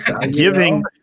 Giving